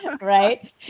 Right